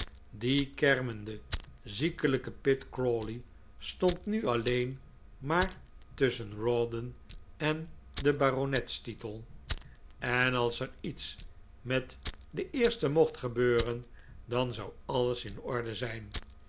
die kermende ziekelijke pitt crawley stond nu alleen maar tusschen rawdon en den baronetstitel en als er iets met den eerste mocht gebeuren dan zou alles in orde zijn